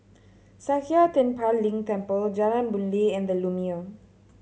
Sakya Tenphel Ling Temple Jalan Boon Lay and The Lumiere